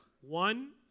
one